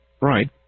right